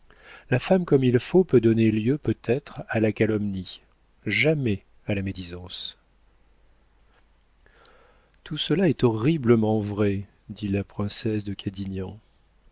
la femme comme il faut peut donner lieu peut-être à la calomnie jamais à la médisance tout cela est horriblement vrai dit la princesse de